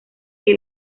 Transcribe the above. que